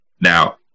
Now